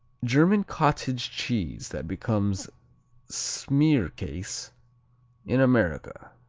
german cottage cheese that becomes smearcase in america.